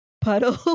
puddle